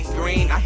green